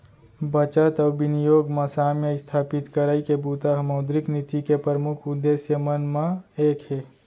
बचत अउ बिनियोग म साम्य इस्थापित करई के बूता ह मौद्रिक नीति के परमुख उद्देश्य मन म एक हे